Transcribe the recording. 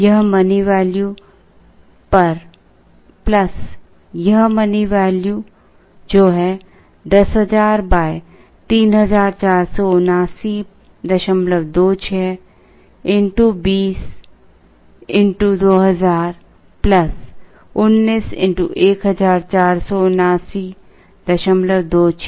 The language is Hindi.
यह मनी वैल्यू यह मनी वैल्यू जो है 10000 347926 x 20 x 2000 19 x147926